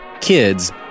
kids